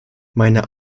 meine